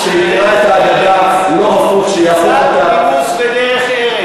קצת נימוס ודרך ארץ.